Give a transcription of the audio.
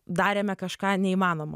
darėme kažką neįmanomo